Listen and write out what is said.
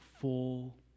full